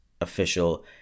official